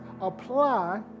apply